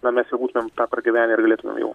na mes jau būtumėm tą pragyvenę ir galėtumėm jau